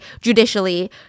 judicially